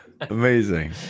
Amazing